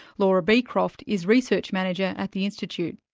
laura beacroft is research manager at the institute.